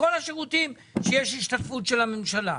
כל השירותים שיש השתתפות של הממשלה.